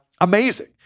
amazing